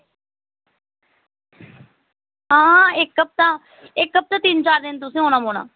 हां इक हफ्ता इक हफ्ता तिन चार दिन तुसेंगी औना पौना